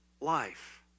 life